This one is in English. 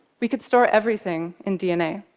we could store everything in dna.